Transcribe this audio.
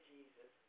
Jesus